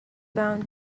bound